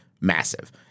massive